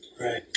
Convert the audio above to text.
right